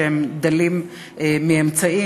שהם דלים באמצעים,